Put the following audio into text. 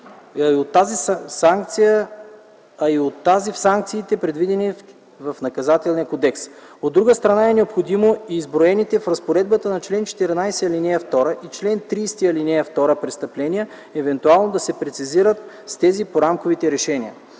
а и от тази в санкционната част на Наказателния кодекс. От друга страна е необходимо и изброените в разпоредбите на чл. 14, ал. 2 и чл. 30, ал. 2 престъпления евентуално да се прецизират с тези по рамковите решения.